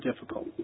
difficult